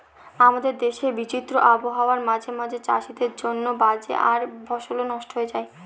আমাদের দেশের বিচিত্র আবহাওয়া মাঝে মাঝে চাষীদের জন্য বাজে আর ফসলও নস্ট হয়ে যায়